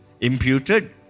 Imputed